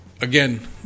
Again